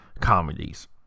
comedies